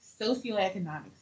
socioeconomic